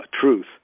truth